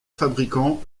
fabricants